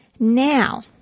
Now